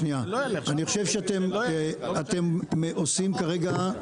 אני חושב שאתם עושים כרגע,